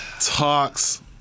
talks